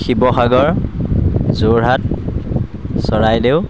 Sivasagar Jorhat Charaideo